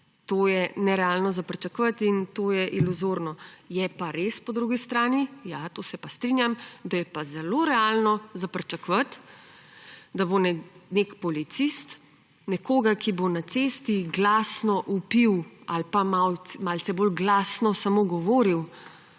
to je nerealno pričakovati in to je iluzorno! Je pa res po drugi strani, ja, s tem se pa strinjam, da je pa zelo realno pričakovati, da bo nek policist nekoga, ki bo na cesti glasno vpil ali pa malce bolj glasno samo govoril